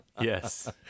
yes